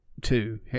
two